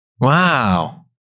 Wow